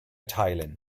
teilen